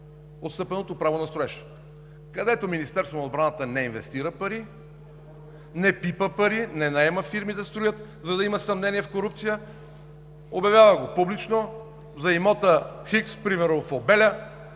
отстъпеното право на строеж, където Министерството на отбраната не инвестира пари, не пипа пари, не наема фирми да строят, за да има съмнения за корупция, обявява го публично. За имота „Х“ примерно в Обеля